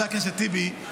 חבר הכנסת טיבי,